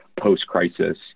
post-crisis